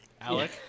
Alec